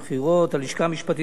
הלשכה המשפטית בכנסת,